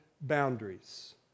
boundaries